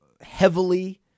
heavily